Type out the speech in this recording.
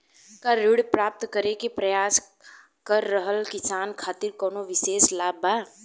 का ऋण प्राप्त करे के प्रयास कर रहल किसान खातिर कउनो विशेष लाभ बा?